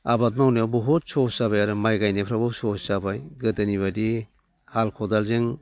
आबाद मावनाया बहुद सहज जाबाय आरो माइ गायनायफ्रावबो सहज जाबाय गोदोनि बायदि हाल खदालजों